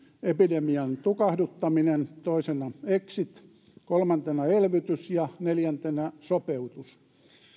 epidemian tukahduttaminen toisena exit kolmantena elvytys ja neljäntenä sopeutus